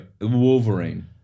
Wolverine